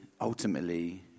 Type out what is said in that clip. ultimately